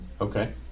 Okay